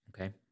Okay